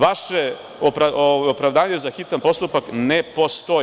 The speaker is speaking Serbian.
Vaše opravdanje za hitan postupak ne postoji.